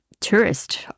tourist